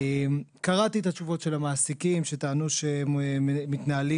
קראתי את התשובות של המעסיקים שטענו שהם מתנהלים